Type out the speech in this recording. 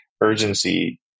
urgency